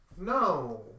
No